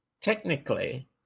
technically